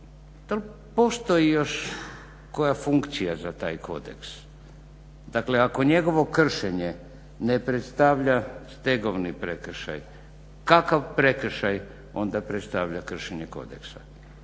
postoji li još koja funkcija za taj kodeks? Dakle ako njegovo kršenje ne predstavlja stegovni prekršaj, kakav prekršaj onda predstavlja kršenje kodeksa?